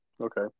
Okay